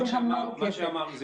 זה המון כסף.